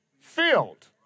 filled